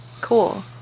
Cool